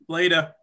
Later